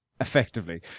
effectively